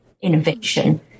innovation